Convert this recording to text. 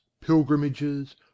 pilgrimages